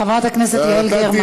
חברת הכנסת יעל גרמן, שבי, בבקשה.